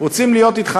רוצים להיות אתך,